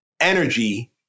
energy